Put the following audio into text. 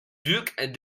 duc